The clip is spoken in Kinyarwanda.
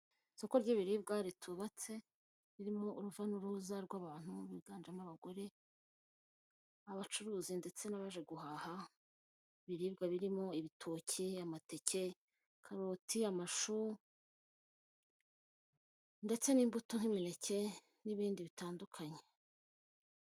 Isoko ry'ibiribwa ritubatse ririmo uruva n'uruza rw'abantu biganjemo abagore abacuruzi ndetse n'abaje guhaha ibiribwa birimo ibitoki, amateke, karoti ndetse n'imbuto nk'imineke n'ibindi bitandukanye.